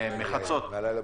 מחצות.